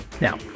Now